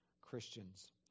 Christians